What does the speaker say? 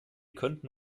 könnten